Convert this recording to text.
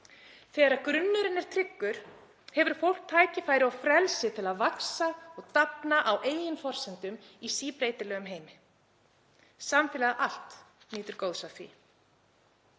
Þegar grunnurinn er tryggur hefur fólk tækifæri og frelsi til að vaxa og dafna á eigin forsendum í síbreytilegum heimi. Samfélagið allt nýtur góðs af